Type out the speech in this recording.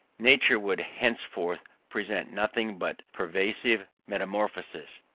nature would henceforth present nothing but pervasive metamorphosis,